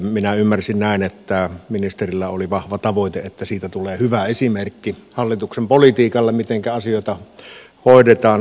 minä ymmärsin näin että ministerillä oli vahva tavoite että siitä tulee hyvä esimerkki hallituksen politiikasta siitä mitenkä asioita hoidetaan